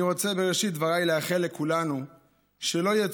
אני רוצה בראשית דבריי לאחל לכולנו שלא יהיה